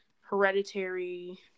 hereditary